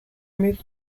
removed